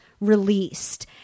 released